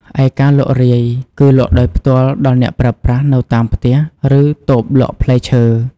ឯការលក់រាយ គឺលក់ដោយផ្ទាល់ដល់អ្នកប្រើប្រាស់នៅតាមផ្ទះ ឬតូបលក់ផ្លែឈើ។